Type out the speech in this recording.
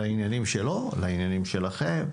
לעניינים שלו, לעניינים שלכם.